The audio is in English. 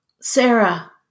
Sarah